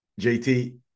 JT